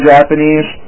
Japanese